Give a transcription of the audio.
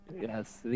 Yes